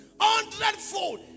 Hundredfold